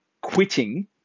quitting